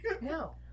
no